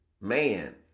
man